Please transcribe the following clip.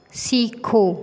सीखो